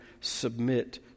submit